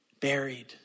buried